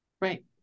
right